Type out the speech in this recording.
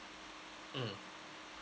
mm